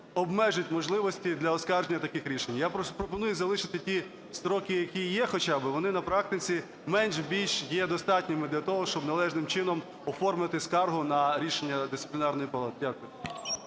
обмежить можливості для оскарження таких рішень. Я пропоную залишити ті строки, які є, хоча би вони на практиці менш-більш є достатніми для того, щоб належним чином оформити скаргу на рішення Дисциплінарної палати. Дякую.